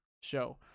show